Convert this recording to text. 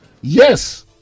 yes